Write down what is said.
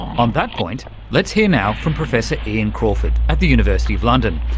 on that point let's hear now from professor ian crawford at the university of london,